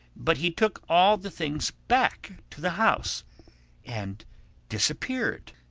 but he took all the things back to the house and disappeared.